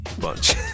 Bunch